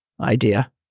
idea